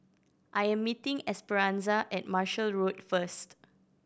I am meeting Esperanza at Marshall Road first